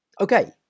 Okay